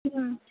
ਹਮ